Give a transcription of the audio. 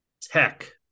Tech